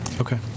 Okay